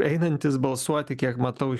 einantys balsuoti kiek matau